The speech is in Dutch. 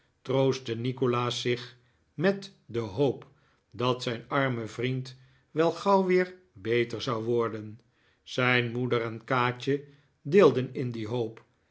troostte nikolaas zich met de hoop dat zijn arme vriend wel gauw weer beter zou worden zijn moeder en kaatje deelden in die hoop